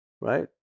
Right